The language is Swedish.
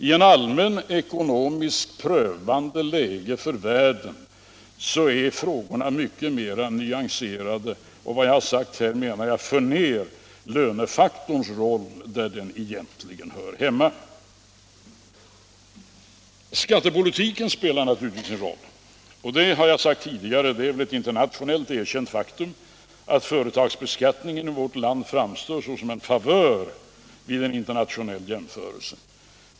I ett ekonomiskt allmänt prövande läge för världen är frågorna mycket mera nyanserade. — Med detta har jag velat säga: För ned lönefaktorns roll till det plan där den egentligen hör hemma! Skattepolitiken spelar naturligtvis en roll. Det är ett internationellt erkänt faktum — detta har jag sagt tidigare — att företagsbeskattningen i vårt land vid en internationell jämförelse framstår såsom en favör.